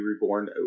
Reborn